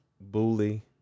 bully